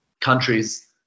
countries